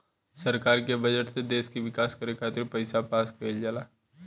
सरकार के बजट से देश के विकास करे खातिर पईसा पास कईल जाला